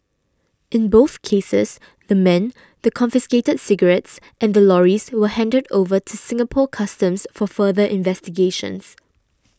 in both cases the men the confiscated cigarettes and the lorries were handed over to Singapore Customs for further investigations